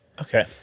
Okay